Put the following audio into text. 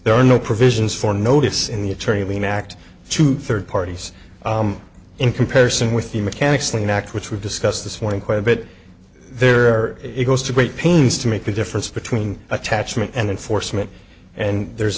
there are no provisions for notice in the attorney lien act to third parties in comparison with the mechanic's lien act which we've discussed this morning quite a bit there it goes to great pains to make a difference between attachment and enforcement and there's